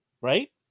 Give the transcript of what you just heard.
Right